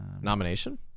Nomination